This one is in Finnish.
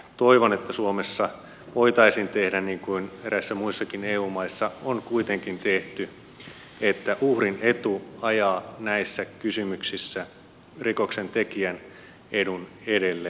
toivon että suomessa voitaisiin tehdä niin kuin eräissä muissakin eu maissa on kuitenkin tehty että uhrin etu ajaa näissä kysymyksissä rikoksentekijän edun edelle